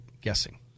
guessing